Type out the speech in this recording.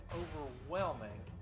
overwhelming